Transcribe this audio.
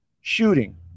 shooting